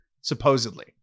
supposedly